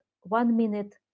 one-minute